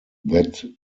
that